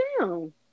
down